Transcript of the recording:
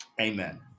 amen